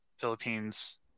Philippines